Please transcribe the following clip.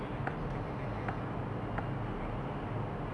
so like just cycle cycle jer ah orang orang then just